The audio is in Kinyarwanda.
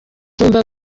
numvaga